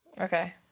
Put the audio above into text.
Okay